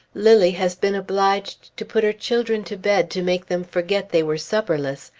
lilly has been obliged to put her children to bed to make them forget they were supperless,